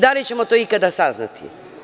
Da li ćemo to ikada saznati?